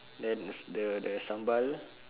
then the the sambal